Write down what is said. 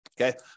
Okay